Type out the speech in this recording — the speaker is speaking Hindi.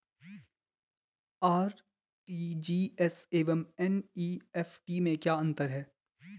आर.टी.जी.एस एवं एन.ई.एफ.टी में क्या अंतर है?